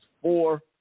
four